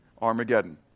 Armageddon